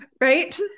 Right